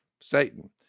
Satan